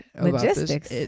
Logistics